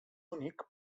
únic